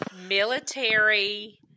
Military